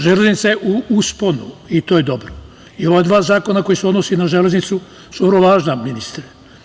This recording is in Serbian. Železnica je u usponu, i to je dobro i ova dva zakona koja se odnose na železnicu, su vrlo važna ministre.